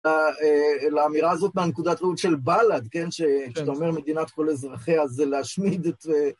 לאמירה הזאת מהנקודת ראות של בל"ד, כן? כשאתה אומר מדינת כל אזרחיה, זה להשמיד את...